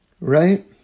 Right